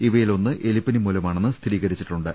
ഇവയിൽ ഒന്ന് എലിപ്പനി മൂലമാണെന്ന് സ്ഥിരീകരിച്ചിട്ടുണ്ട്